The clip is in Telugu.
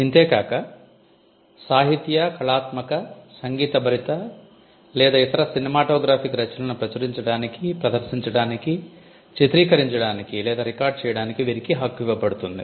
ఇంతే కాక సాహిత్య కళాత్మక సంగీత భరిత లేదా ఇతర సినిమాటోగ్రాఫిక్ రచనలను ప్రచురించడానికి ప్రదర్శించడానికి చిత్రీకరించడానికి లేదా రికార్డ్ చేయడానికి వీరికి హక్కు ఇవ్వబడుతుంది